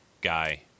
guy